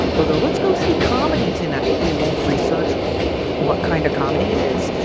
they'll go, let's go see comedy tonight, and they won't research what kind of comedy it is.